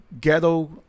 ghetto